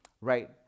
right